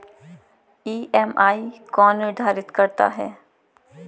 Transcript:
EMI कौन निर्धारित करता है?